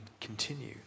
continue